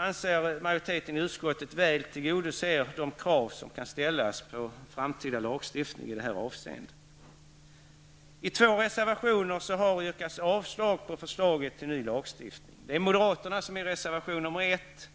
Utskottsmajoriteten anser att förslaget väl tillgodoser de krav som kan ställas på en framtida lagstiftning i detta avseende. I två reservationer har yrkats avslag på förslaget till ny lagstiftning. I reservation nr 1 kräver moderaterna